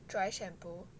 dry shampoo